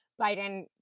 Biden